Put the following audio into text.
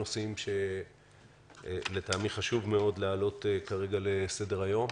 אנחנו בדיון שיהיו בו שני נושאים שלטעמי חשוב מאוד להעלות על סדר היום.